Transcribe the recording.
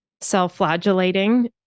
self-flagellating